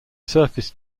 surface